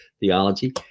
Theology